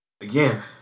again